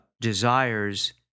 desires